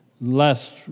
last